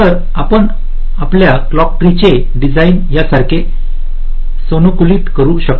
तर आपण आपल्या क्लॉक ट्री चे डिझाइन यासारखे सानुकूलित करू शकता